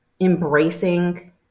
embracing